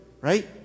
right